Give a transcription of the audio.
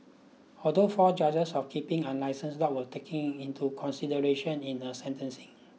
other four charges of keeping unlicensed dogs were taken into consideration in her sentencing